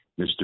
Mr